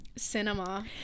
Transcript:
Cinema